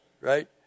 right